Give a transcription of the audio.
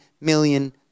million